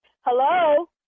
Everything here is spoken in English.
Hello